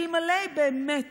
אלמלא באמת